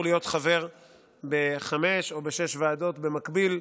להיות חבר בחמש או בשש ועדות במקביל,